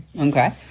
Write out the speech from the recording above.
Okay